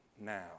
now